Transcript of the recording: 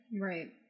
Right